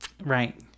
Right